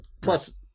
Plus